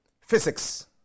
physics